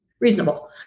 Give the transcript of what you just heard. reasonable